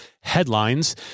headlines